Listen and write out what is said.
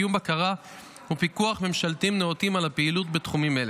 וקיום בקרה ופיקוח ממשלתיים נאותים על הפעילות בתחומים אלה,